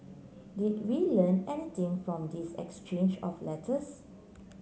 did we learn anything from this exchange of letters